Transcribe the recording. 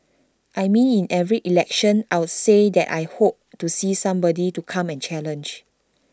I mean in every election I will say that I hope to see somebody to come and challenge